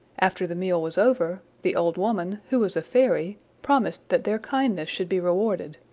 after the meal was over, the old woman, who was a fairy, promised that their kindness should be rewarded,